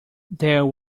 there